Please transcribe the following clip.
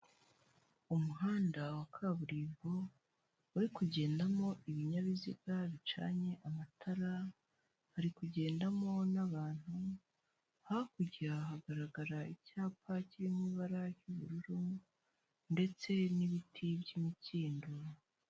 Umuhanda wa kaburimbo uri kugendamo ibinyabiziga bicanye amatara, hari kugendamo n'abantu, hakurya hagaragara icyapa kiri mu ibara ry'ubururu ndetse n'ibiti by'imikindo.